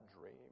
dream